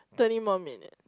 thirty more minute